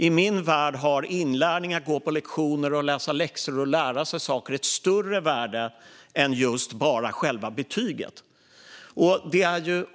I min värld har inlärning, att gå på lektioner, läsa läxor och lära sig saker ett större värde än bara själva betyget.